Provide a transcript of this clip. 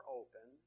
open